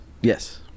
Yes